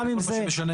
גם אם זה,